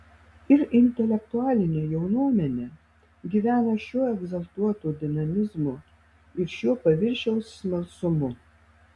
ir intelektualinė jaunuomenė gyvena šiuo egzaltuotu dinamizmu ir šiuo paviršiaus smalsumu